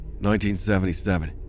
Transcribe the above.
1977